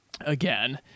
again